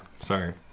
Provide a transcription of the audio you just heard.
sorry